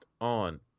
on